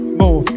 move